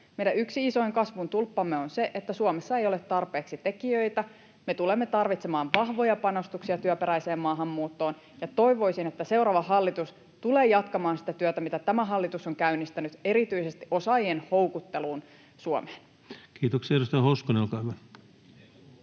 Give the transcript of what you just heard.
Meidän yksi isoin kasvun tulppamme on se, että Suomessa ei ole tarpeeksi tekijöitä. Me tulemme tarvitsemaan vahvoja panostuksia työperäiseen maahanmuuttoon, [Petteri Orpo: Entä se sopeutus?] ja toivoisin, että seuraava hallitus tulee jatkamaan sitä työtä, mitä tämä hallitus on käynnistänyt erityisesti osaajien houkutteluun Suomeen. [Speech 287] Speaker: